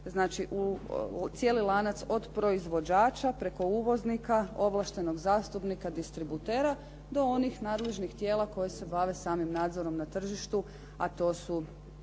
znači cijeli lanac od proizvođača preko uvoznika, ovlaštenog zastupnika, distributera do onih nadležnih tijela koje se bave samim nadzorom na tržištu, a to su